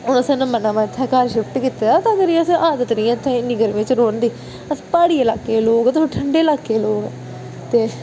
ते असें नमां नमां इत्थै घर शिफ्ट कीते दा ऐ ते असें गी आदत नेई ऐ इत्थै गर्मी च रौहने दी प्हाड़ी इलाके दे लोक ते ठंडे इलाके दे लोक हा ते